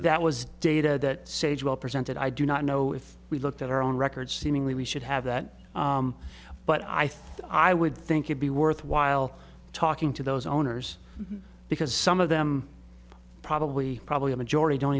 that was data that sage well presented i do not know if we looked at our own records seemingly we should have that but i think i would think you'd be worthwhile talking to those owners because some of them probably probably a majority don't